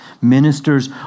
ministers